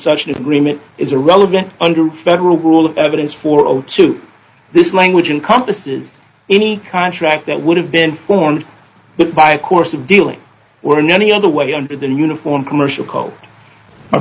such an agreement is a relevant under federal rule of evidence for or to this language and compass says any contract that would have been formed by a course of dealing were in any other way under the new uniform commercial code or